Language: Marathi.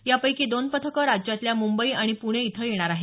यापैकी दोन पथकं राज्यातल्या मुंबई आणि पुणे इथं येणार आहेत